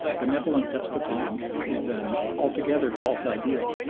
a benevolent despotism is an altogether false ideal.